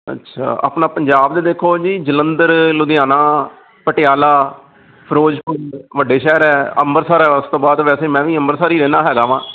ਅੱਛਾ ਆਪਣਾ ਪੰਜਾਬ ਦੇ ਦੇਖੋ ਜੀ ਜਲੰਧਰ ਲੁਧਿਆਣਾ ਪਟਿਆਲਾ ਫਿਰੋਜ਼ਪੁਰ ਵੱਡੇ ਸ਼ਹਿਰ ਹੈ ਅੰਮ੍ਰਿਤਸਰ ਉਸ ਤੋਂ ਬਾਅਦ ਵੈਸੇ ਮੈਂ ਵੀ ਅੰਮ੍ਰਿਤਸਰ ਹੀ ਰਹਿੰਦਾ ਹੈਗਾ ਵਾਂ